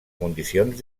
condicions